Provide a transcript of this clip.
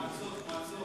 מועצות, מועצות.